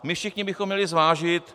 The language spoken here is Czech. My všichni bychom měli zvážit...